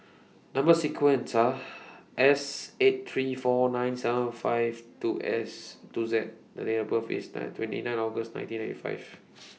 Number sequence Are S eight three four nine seven five two S two Z The Date of birth that twenty nine August nineteen ninety five